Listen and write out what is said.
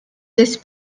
this